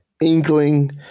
inkling